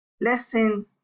Lesson